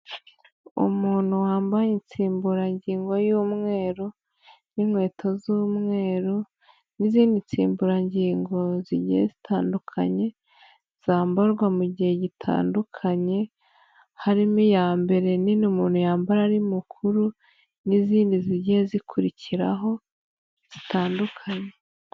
Umuntu wambaye insimburangingo y'umweru, n'inkweto z'umweru, n'izindi nsimburangingo zigiye zitandukanye, zambarwa mu gihe gitandukanye, harimo iyambere nini umuntu yambara ari mukuru, n'izindi zigiye zikurikiraho, zitandukanye.